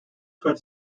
for